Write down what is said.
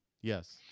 yes